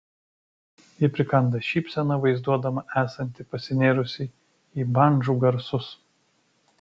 ji prikanda šypseną vaizduodama esanti pasinėrusi į bandžų garsus